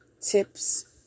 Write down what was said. tips